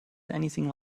anything